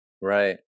Right